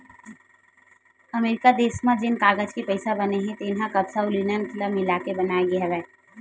अमरिका देस म जेन कागज के पइसा बने हे तेन ह कपसा अउ लिनन ल मिलाके बनाए गे हवय